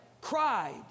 Cried